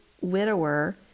widower